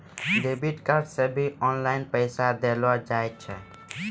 debit card से भी online पैसा देलो जाय छै